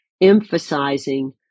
emphasizing